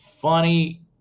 funny